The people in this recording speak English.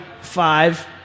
five